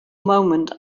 moment